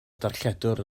darlledwr